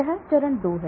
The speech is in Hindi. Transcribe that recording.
यह चरण 2 है